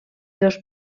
dos